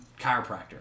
chiropractor